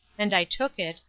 and i took it,